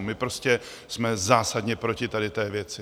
My prostě jsme zásadně proti tady té věci!